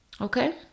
Okay